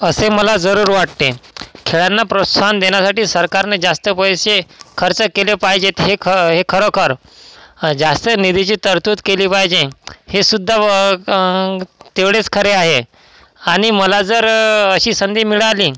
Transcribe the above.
असे मला जरूर वाटते खेळांना प्रोत्साहन देण्यासाठी सरकारने जास्त पैसे खर्च केले पाहिजेत हे ख हे खरोखर जास्त निधीची तरतूद केली पाहिजे हे सुद्धा व तेवढेच खरे आहे आणि मला जर अशी संधी मिळाली